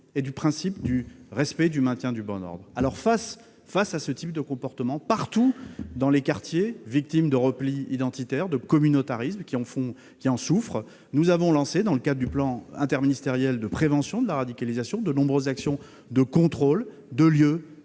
du principe de laïcité et de l'ordre public. Face à ce type de comportements, partout dans les quartiers victimes de replis identitaires et de communautarisme, qui en souffrent, nous avons lancé dans le cadre du plan interministériel de prévention de la radicalisation de nombreuses actions de contrôle de lieux,